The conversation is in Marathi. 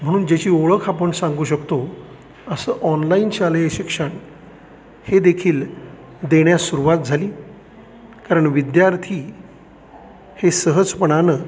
म्हणून ज्याची ओळख आपण सांगू शकतो असं ऑनलाईन शालेय शिक्षण हे देखील देण्यास सुरुवात झाली कारण विद्यार्थी हे सहजपणानं